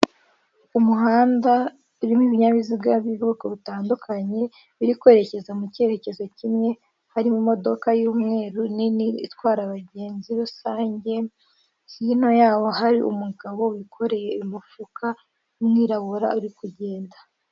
Umuhanda urimo ibinyabiziga by'ubwoko butandukanye biri kwerekeza mu cyerekezo kimwe hari mu modoka y'umweru nini itwara abagenzi rusange hino yaho hari umugabo wikoreye imifuka w'umwirabura uri kugenda.